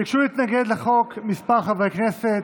ביקשו להתנגד לחוק כמה חברי כנסת,